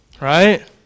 Right